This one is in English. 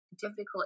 difficult